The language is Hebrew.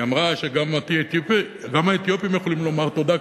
היא אמרה שגם האתיופים יכולים לומר תודה,